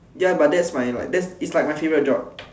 ya but that's my like that is like my favourite job